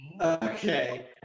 Okay